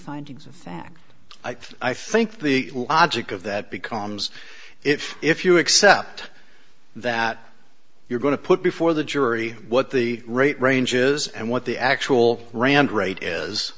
findings of fact i think the logic of that becomes if if you accept that you're going to put before the jury what the rate range is and what the actual rand rate is